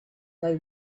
they